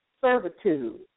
servitude